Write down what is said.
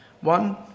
One